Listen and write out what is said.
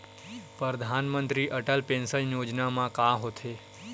परधानमंतरी अटल पेंशन योजना मा का होथे?